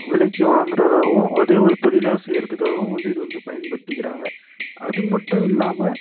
விலைக்கு வாங்குறதாவும் அதே ஒரு தொழிலாக செய்கிறதுக்காகவும் வந்து இது வந்து பயன்படுத்திக்கிறாங்க அது மட்டும் இல்லாமல்